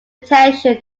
attention